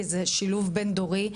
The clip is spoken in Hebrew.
כי זה שילוב בין דורי,